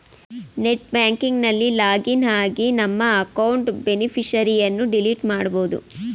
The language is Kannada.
ನೆಟ್ ಬ್ಯಾಂಕಿಂಗ್ ನಲ್ಲಿ ಲಾಗಿನ್ ಆಗಿ ನಮ್ಮ ಅಕೌಂಟ್ ಬೇನಿಫಿಷರಿಯನ್ನು ಡಿಲೀಟ್ ಮಾಡಬೋದು